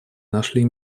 нашли